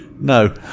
no